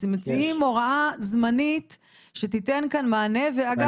מציעים הוראה זמנית שתיתן כאן מענה ואגב,